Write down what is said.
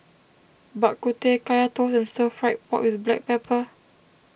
Bak Kut Teh Kaya Toast and Stir Fried Pork with Black Pepper